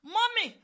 Mommy